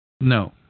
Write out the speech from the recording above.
No